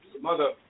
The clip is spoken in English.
mother